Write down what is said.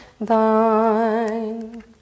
thine